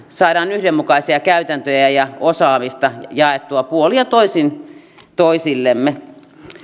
saadaan yhdenmukaisia käytäntöjä ja osaamista jaettua puolin ja toisin toisillemme